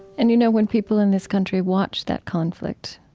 and you know, when people in this country watch that conflict,